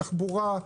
תחבורה,